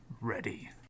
Ready